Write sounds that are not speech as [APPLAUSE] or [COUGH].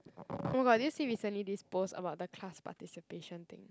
[NOISE] oh my god did you see recently this post about the class participation thing